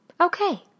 Okay